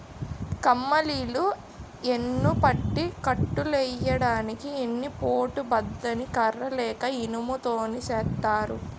కమ్మలిల్లు యెన్నుపట్టి కట్టులెయ్యడానికి ఎన్ని పోటు బద్ద ని కర్ర లేక ఇనుము తోని సేత్తారు